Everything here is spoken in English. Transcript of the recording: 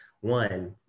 one